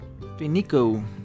Finico